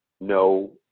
no